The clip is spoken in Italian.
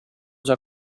già